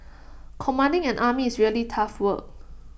commanding an army is really tough work